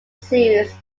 series